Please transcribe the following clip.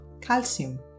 calcium